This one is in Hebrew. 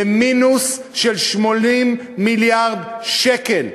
למינוס של 80 מיליארד שקל.